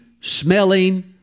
smelling